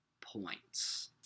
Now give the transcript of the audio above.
points